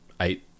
eight